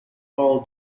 all